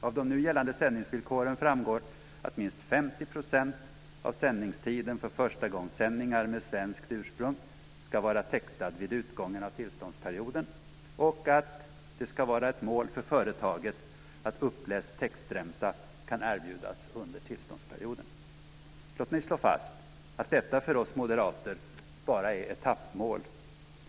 Av de nu gällande sändningsvillkoren framgår att minst 50 % av alla program med svenskt ursprung som sänds för första gången ska vara textade vid utgången av tillståndsperioden och att det ska vara ett mål för företaget att kunna erbjuda uppläst textremsa under tillståndsperioden. Låt mig slå fast att detta för oss moderater bara är etappmål.